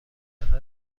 سفر